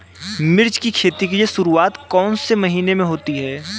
मिर्च की खेती की शुरूआत कौन से महीने में होती है?